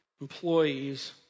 Employees